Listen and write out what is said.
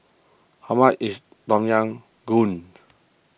how much is Tom Yam Goong